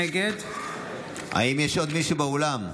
נגד האם יש עוד מישהו באולם?